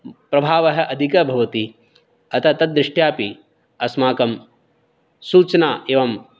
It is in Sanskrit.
प्रभावः अधिकः भवति अतः तत् दृष्ट्या अपि अस्माकं सूचना एवं